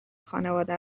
خانواده